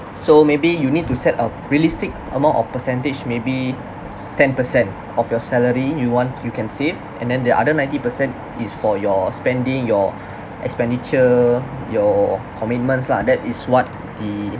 so maybe you need to set a realistic amount or percentage maybe ten per cent of your salary you want you can save and then the other ninety per cent is for your spending your expenditure your commitments lah that is what the